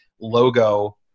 logo